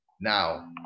Now